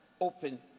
open